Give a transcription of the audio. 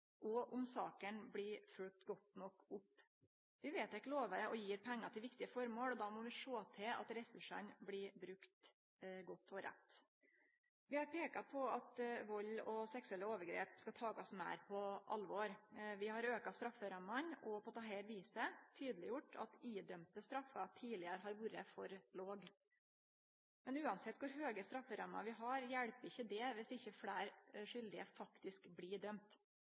og om sakene blir følgde godt nok opp. Vi vedtek lover og gjev pengar til viktige føremål, og då må vi sjå til at ressursane blir brukte godt og rett. Vi har peika på at vald og seksuelle overgrep skal takast meir på alvor. Vi har auka strafferammene og på dette viset tydeleggjort at tildømte straffer tidlegare har vore for låge. Men uansett kor høge strafferammer vi har, hjelper ikkje det viss ikkje fleire skuldige faktisk blir